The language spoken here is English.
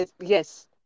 yes